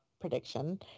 prediction